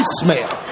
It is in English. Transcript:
smell